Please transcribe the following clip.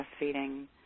breastfeeding